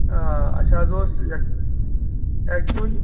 اَسہِ حظ اوس اٮ۪کچُؤلی